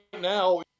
now